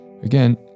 Again